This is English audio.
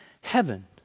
heaven